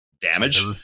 damage